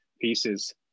pieces